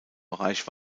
bereich